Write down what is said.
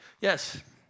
Yes